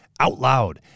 OUTLOUD